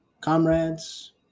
comrades